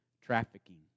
trafficking